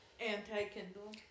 Anti-Kindle